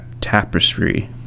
tapestry